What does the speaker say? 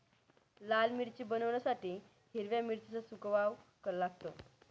लाल मिरची बनवण्यासाठी हिरव्या मिरचीला सुकवाव लागतं